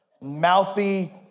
Mouthy